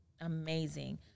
amazing